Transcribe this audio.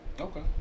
Okay